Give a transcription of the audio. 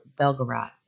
Belgorod